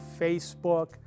Facebook